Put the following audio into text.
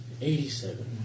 Eighty-seven